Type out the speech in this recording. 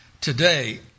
Today